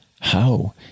How